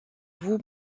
vous